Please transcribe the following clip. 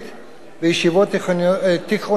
בישיבות על-תיכוניות,